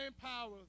power